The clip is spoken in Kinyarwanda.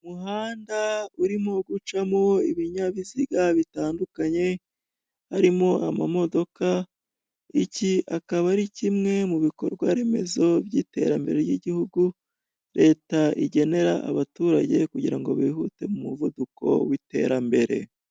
Umuhanda urimo gucamo ibinyabiziga bitandukanye harimo amamodoka, iki akaba ari kimwe mu bikorwa remezo by'iterambere ry'igihugu leta igenera abaturage, kugira ngo bihute mu muvuduko w'iterambere.